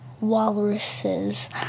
walruses